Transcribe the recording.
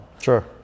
Sure